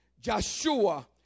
Joshua